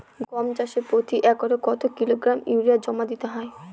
গম চাষে প্রতি একরে কত কিলোগ্রাম ইউরিয়া জমিতে দিতে হয়?